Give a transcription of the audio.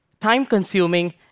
time-consuming